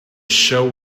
show